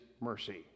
mercy